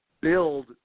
build